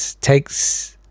takes